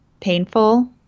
painful